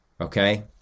Okay